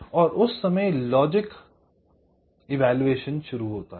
तो उस समय लॉजिक मूल्यांकन शुरू होता है